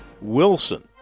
Wilson